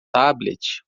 tablet